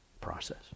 process